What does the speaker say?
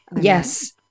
yes